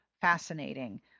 fascinating